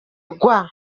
rwa